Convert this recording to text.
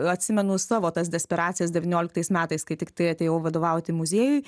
atsimenu savo tas desperacijas devynioliktais metais kai tiktai atėjau vadovauti muziejui